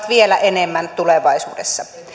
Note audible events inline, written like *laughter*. *unintelligible* vielä enemmän tulevaisuudessa